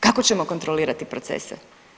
Kako ćemo kontrolirati procese?